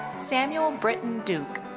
samuel britton duke.